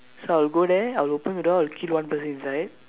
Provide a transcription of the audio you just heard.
so I'll go there I'll open the door I'll kill one person inside